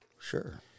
Sure